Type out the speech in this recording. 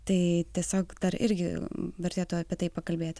tai tiesiog dar irgi vertėtų apie tai pakalbėti